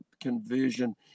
conversion